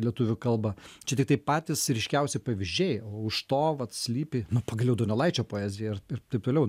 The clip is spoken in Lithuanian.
lietuvių kalba čia tiktai patys ryškiausi pavyzdžiai o už to vat slypi nu pagaliau donelaičio poezija ir ir taip toliau